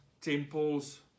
temples